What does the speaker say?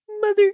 mother